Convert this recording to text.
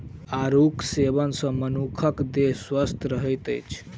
आड़ूक सेवन सॅ मनुखक देह स्वस्थ रहैत अछि